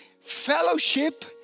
fellowship